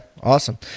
awesome